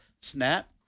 Snap